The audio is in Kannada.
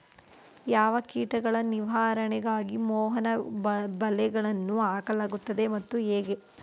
ಯಾವ ಕೀಟಗಳ ನಿವಾರಣೆಗಾಗಿ ಮೋಹನ ಬಲೆಗಳನ್ನು ಹಾಕಲಾಗುತ್ತದೆ ಮತ್ತು ಹೇಗೆ?